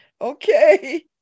Okay